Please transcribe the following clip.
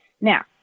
Now